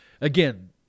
again